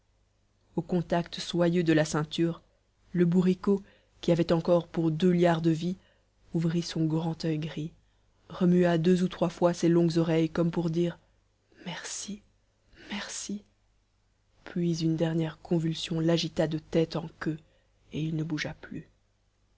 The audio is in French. au contact soyeux de la ceinture le bourriquot qui avait encore pour deux liards de vie ouvrit son grand oeil gris remua deux ou trois fois ses longues oreilles comme pour dire merci merci puis une dernière convulsion l'agita de tête en queue et il ne bougea plus